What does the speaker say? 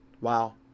Wow